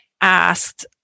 asked